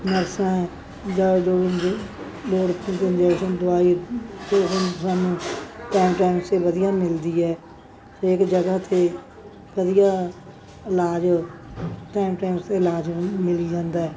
ਨਰਸਾਂ ਹੈ ਜਾਂ ਜੋ ਹੁੰਦੀਆਂ ਲੋੜ ਪੈਂਦੀ ਹੈ ਦਵਾਈ ਸਾਨੂੰ ਟਾਈਮ ਟਾਈਮ ਸਿਰ ਵਧੀਆ ਮਿਲਦੀ ਹੈ ਹਰੇਕ ਜਗ੍ਹਾ 'ਤੇ ਵਧੀਆ ਇਲਾਜ ਟਾਇਮ ਟਾਇਮ ਸਿਰ ਇਲਾਜ ਮਿਲ ਜਾਂਦਾ